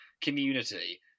community